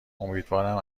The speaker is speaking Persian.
امیدوارم